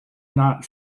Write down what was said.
not